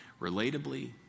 relatably